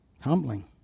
Humbling